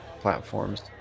platforms